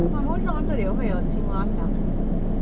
!wah! 我们为什么这里会有青蛙 sia